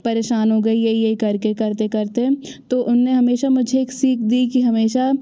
परेशान हो गई यही यही करके करते करते तो उन्होंने हमेशा मुझे एक सीख दी कि हमेशा